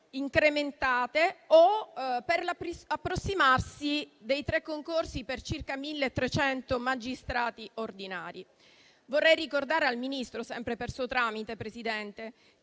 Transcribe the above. incrementate o per l'approssimarsi dei tre concorsi per circa 1.300 magistrati ordinari. Vorrei ricordare al Ministro, sempre per suo tramite, Presidente,